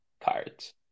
cards